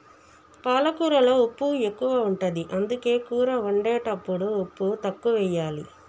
పాలకూరలో ఉప్పు ఎక్కువ ఉంటది, అందుకే కూర వండేటప్పుడు ఉప్పు తక్కువెయ్యాలి